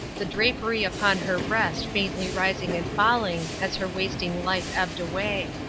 the drapery upon her breast faintly rising and falling as her wasting life ebbed away.